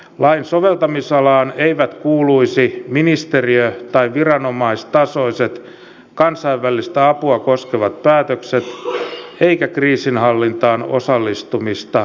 lain soveltamisalaan eivät kuuluisi ministeriö tai viranomaistasoiset kansainvälistä apua koskevat päätökset eikä kriisinhallintaan osallistumista koskeva päätöksenteko